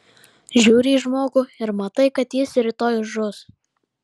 žiūri į žmogų ir matai kad jis rytoj žus